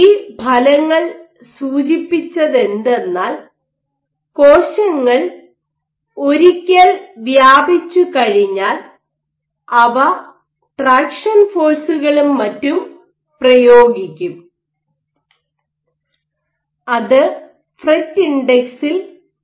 ഈ ഫലങ്ങൾ സൂചിപ്പിച്ചതെന്തെന്നാൽ കോശങ്ങൾ ഒരിക്കൽ വ്യാപിച്ചുകഴിഞ്ഞാൽ അവ ട്രാക്ഷൻ ഫോഴ്സുകളും മറ്റും പ്രയോഗിക്കും അത് ഫ്രെറ്റ് ഇൻഡെക്സിൽ കുറവുണ്ടാക്കും